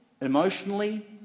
emotionally